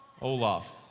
Olaf